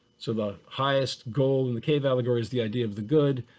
so the highest goal in the cave allegory is the idea of the good.